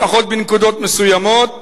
לפחות בנקודות מסוימות,